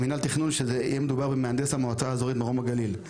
שיהיה מדובר במהנדס המועצה האזורית מרום הגליל,